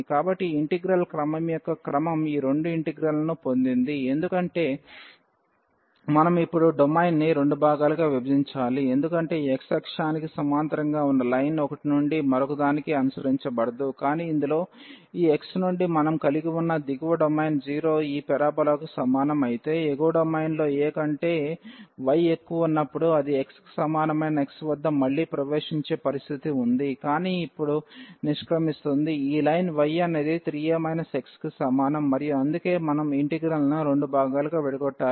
కాబట్టి ఈ ఇంటిగ్రల్ క్రమం యొక్క క్రమం ఈ రెండు ఇంటిగ్రల్ను పొందింది ఎందుకంటే మనం ఇప్పుడు డొమైన్ని రెండు భాగాలుగా విభజించాలి ఎందుకంటే ఈ x అక్షానికి సమాంతరంగా ఉన్న లైన్ ఒకటి నుండి మరొకదానికి అనుసరించబడదు కానీ ఇందులో ఈ x నుండి మనం కలిగి ఉన్న దిగువ డొమైన్ 0 ఈ పారాబోలాకు సమానం అయితే ఎగువ డొమైన్లో a కంటే y ఎక్కువ ఉన్నప్పుడు అది x కి సమానమైన x వద్ద మళ్లీ ప్రవేశించే పరిస్థితి ఉంది కానీ అది ఇప్పుడు నిష్క్రమిస్తుంది ఈ లైన్ y అనేది 3a x కి సమానం మరియు అందుకే మనం ఇంటిగ్రల్ను రెండు భాగాలుగా విడగొట్టాలి